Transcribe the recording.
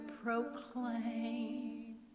proclaim